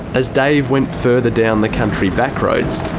as dave went further down the country back roads,